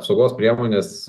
apsaugos priemonės